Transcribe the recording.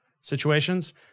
situations